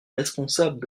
responsables